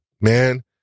Man